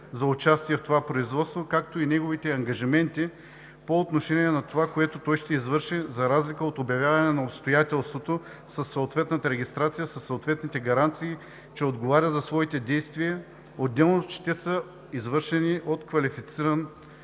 за участие в това производство, както и неговите ангажименти по отношение на това, което той ще извърши, за разлика от обявяване на обстоятелството със съответната регистрация, със съответните гаранции, че отговаря за своите действия. Отделно, че те са извършени от квалифициран